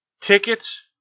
Tickets